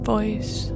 Voice